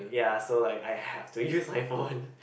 ya so like I have to use my phone